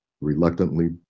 reluctantly